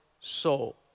soul